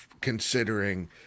considering